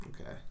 Okay